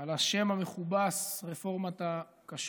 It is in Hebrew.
על השם המכובס "רפורמת הכשרות"